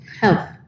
health